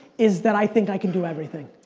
is that i think i can do everything.